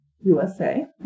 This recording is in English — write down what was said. USA